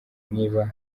niba